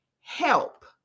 help